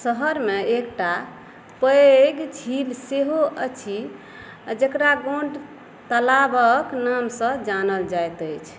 शहरमे एक टा पैघ झील सेहो अछि जकरा गोण्ड तालाबके नामसँ जानल जाइत अछि